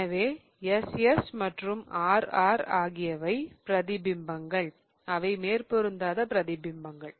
எனவே SS மற்றும் RR ஆகியவை பிரதிபிம்பங்கள் அவை மேற்பொருந்தாத பிரதிபிம்பங்கள்